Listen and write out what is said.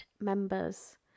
members